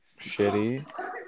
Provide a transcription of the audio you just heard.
Shitty